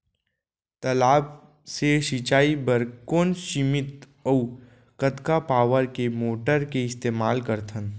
तालाब से सिंचाई बर कोन सीमित अऊ कतका पावर के मोटर के इस्तेमाल करथन?